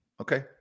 Okay